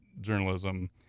journalism